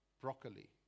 broccoli